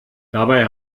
dabei